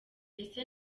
ese